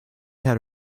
had